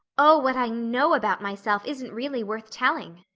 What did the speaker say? oh, what i know about myself isn't really worth telling,